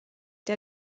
der